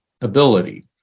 ability